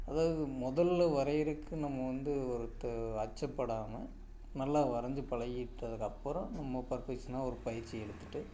அதாவது முதல்ல வரையிறதுக்கு நம்ம வந்து ஒரு த அச்சப்படாமல் நல்லா வரைஞ்சி பழகிக்கிட்டதுக்கப்பறம் நம்ம பர்ஃபெக்ஷனாக ஒரு பயிற்சி எடுத்துட்டு